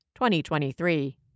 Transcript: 2023